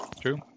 True